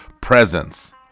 presence